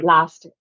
Last